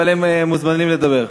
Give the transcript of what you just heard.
אבל הם מוזמנים לדבר.